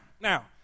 now